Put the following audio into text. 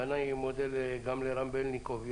ואני מודה לרם בלניקוב,